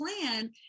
plan